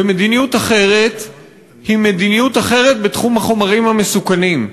ומדיניות אחרת היא מדיניות אחרת בתחום החומרים המסוכנים.